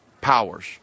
powers